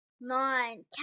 Nine